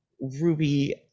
Ruby